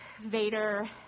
Vader